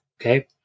Okay